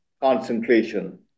concentration